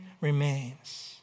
remains